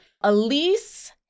Elise